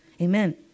Amen